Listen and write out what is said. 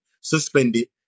suspended